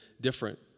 different